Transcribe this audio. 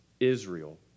Israel